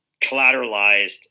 collateralized